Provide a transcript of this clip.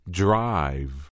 drive